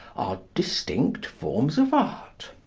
are distinct forms of art.